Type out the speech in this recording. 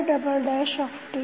ytBMytKMyt1Mft